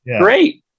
Great